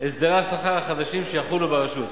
הסדרי השכר החדשים שיחולו ברשות.